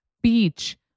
beach